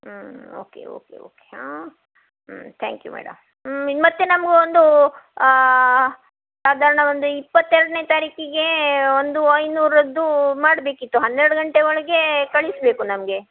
ಹ್ಞೂ okay okay okay ಹಾಂ ಹ್ಞೂ ತ್ಯಾಂಕ್ ಯು ಮೇಡಮ್ ಇನ್ನು ಮತ್ತು ನಮ್ಗೆ ಒಂದು ಸಾಧಾರಣ ಒಂದು ಇಪ್ಪತ್ತೆರಡನೇ ತಾರೀಖಿಗೆ ಒಂದು ಐನೂರರದ್ದು ಮಾಡಬೇಕಿತ್ತು ಹನ್ನೆರಡು ಗಂಟೆ ಒಳಗೆ ಕಳಿಸಬೇಕು ನಮಗೆ